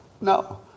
No